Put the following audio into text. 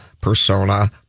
persona